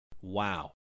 Wow